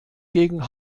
gegen